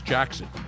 Jackson